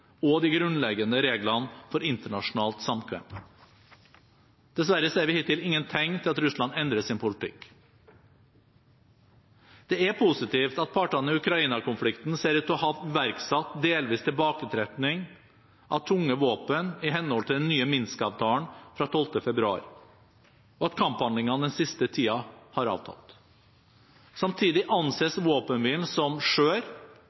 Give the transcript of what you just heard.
og de grunnleggende reglene for internasjonalt samkvem. Dessverre ser vi hittil ingen tegn til at Russland endrer sin politikk. Det er positivt at partene i Ukraina-konflikten ser ut til å ha iverksatt delvis tilbaketrekking av tunge våpen i henhold til den nye Minsk-avtalen fra 12. februar, og at kamphandlingene den siste tiden har avtatt. Samtidig anses våpenhvilen som